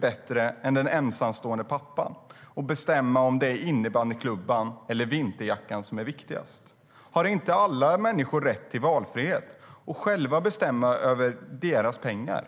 bättre än den ensamstående pappan på att bestämma om innebandyklubban eller vinterjackan är viktigast? Har inte alla människor rätt till valfrihet och att själva bestämma över sina pengar?